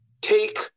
take